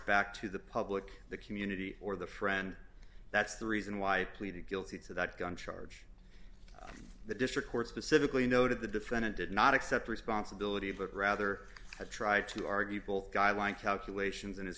back to the public the community or the friend that's the reason why i pleaded guilty to that gun charge the district court specifically noted the defendant did not accept responsibility but rather to try to argue both guideline calculations in his